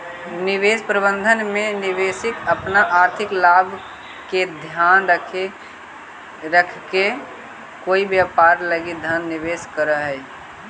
निवेश प्रबंधन में निवेशक अपन आर्थिक लाभ के ध्यान रखके कोई व्यापार लगी धन निवेश करऽ हइ